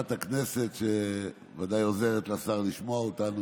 חברת הכנסת, שבוודאי עוזרת לשר לשמוע אותנו,